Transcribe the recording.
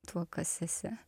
tuo kas esi